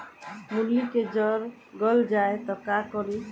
मूली के जर गल जाए त का करी?